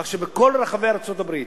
כך שבכל רחבי ארצות-הברית,